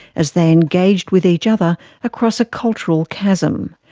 as they engaged with each other across a cultural chasm.